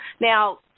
Now